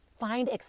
find